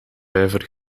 vijver